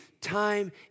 time